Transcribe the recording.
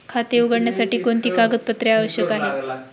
खाते उघडण्यासाठी कोणती कागदपत्रे आवश्यक आहे?